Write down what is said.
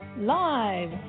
Live